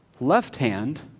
Left-hand